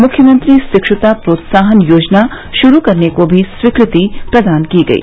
मुख्यमंत्री शिक्षुता प्रोत्साहन योजना शुरू करने को भी स्वीकृति प्रदान की गयी